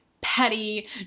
petty